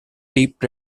deep